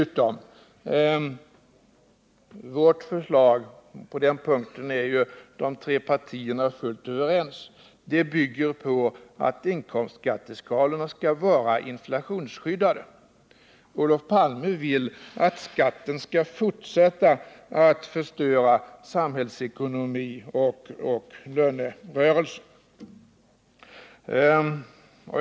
Vårt förslag på en annan punkt är de tre partierna fullt överens om. Det bygger på att inkomstskatteskalorna skall vara inflationsskyddade. Olof Palme vill att skatten skall fortsätta att förstöra samhällsekonomi och lönerörelse.